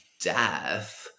death